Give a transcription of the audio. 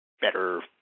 better